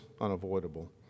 unavoidable